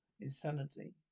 insanity